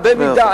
מאה אחוז.